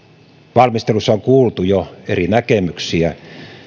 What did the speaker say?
valmistelussa on kuultu jo eri näkemyksiä